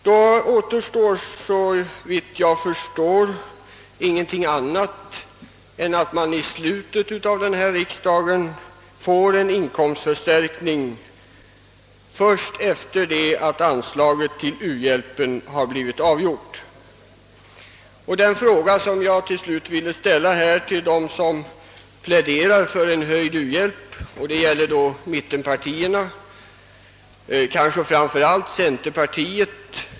"Då återstår, såvitt jag förstår, ingen "ting annat än att man i slutet av denna Tiksdag får en inkomstförstärkning först efter det att frågan om anslaget till u-bjälpen har blivit avgjord. " Jag vill ställa en fråga till dem som pläderar för höjd u-hjälp; den riktar sig till mittenpartierna, kanske framför vallt till: centerpartiet.